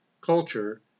culture